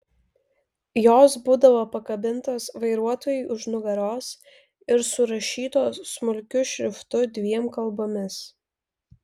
jos būdavo pakabintos vairuotojui už nugaros ir surašytos smulkiu šriftu dviem kalbomis